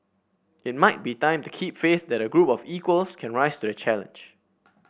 it might be time to keep faith that a group of equals can rise to the challenge